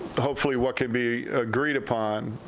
hopefully what could be agreed upon,